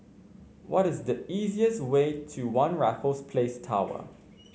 what is the easiest way to One Raffles Place Tower